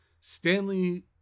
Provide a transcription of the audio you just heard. Stanley